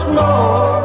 more